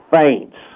faints